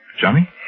Johnny